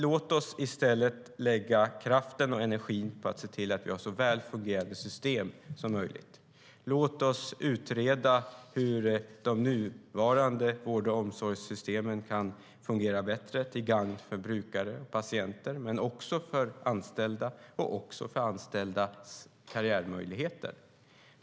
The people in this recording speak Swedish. Låt oss i stället lägga kraften och energin på att se till att vi har så väl fungerande system som möjligt. Låt oss utreda hur de nuvarande vård och omsorgssystemen kan fungera bättre till gagn för brukare och patienter men också för anställda och anställdas karriärmöjligheter.